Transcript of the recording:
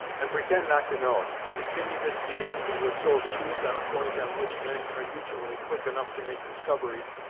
and pretend not to know it, continued this being, who was so obtuse on a point on which men are usually quick enough to make discoveries,